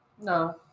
no